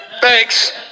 Thanks